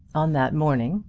on that morning,